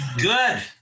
Good